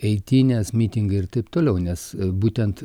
eitynės mitingai ir taip toliau nes būtent